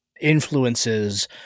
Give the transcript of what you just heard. influences